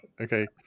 Okay